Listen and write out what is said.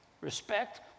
Respect